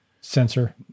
sensor